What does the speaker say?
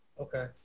okay